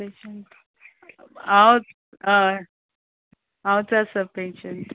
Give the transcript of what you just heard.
patient हांव हय हांवच आसा पेशंट